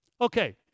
Okay